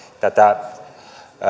tätä